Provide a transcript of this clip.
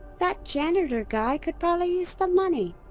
that janitor guy could probably use the money.